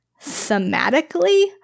thematically